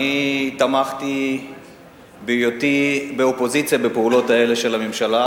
אני תמכתי בהיותי באופוזיציה בפעולות האלה של הממשלה,